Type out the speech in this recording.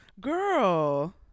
Girl